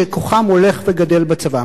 שכוחם הולך וגדל בצבא.